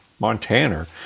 Montana